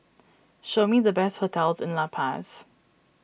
show me the best hotels in La Paz